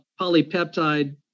polypeptide